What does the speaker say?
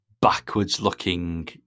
backwards-looking